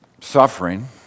suffering